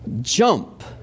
jump